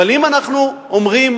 אבל אם אנחנו אומרים: